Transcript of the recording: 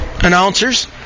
announcers